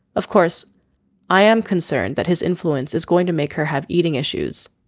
of course i am concerned that his influence is going to make her have eating issues.